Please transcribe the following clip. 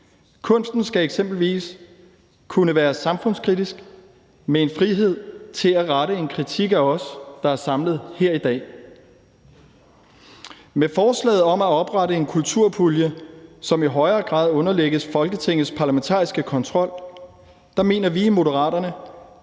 Kunsten skal eksempelvis kunne være samfundskritisk med en frihed til at rette en kritik mod os, der er samlet her i dag. Forslaget om at oprette en kulturpulje, som i højere grad underlægges Folketingets parlamentariske kontrol, mener vi i Moderaterne